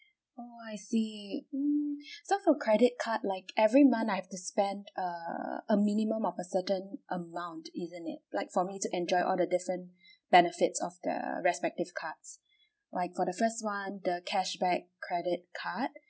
oh I see mm so for credit card like every month I have to spend a a minimum of a certain amount isn't it like for me to enjoy all the decent benefits of the respective cards like for the first one the cashback credit card